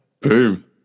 Boom